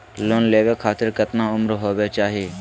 Loan लेवे खातिर केतना उम्र होवे चाही?